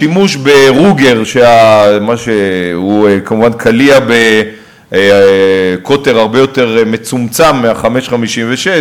השימוש ב"רוגר" מה שהוא כמובן קליע בקוטר הרבה יותר מצומצם מה-5.56,